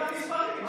אלה המספרים,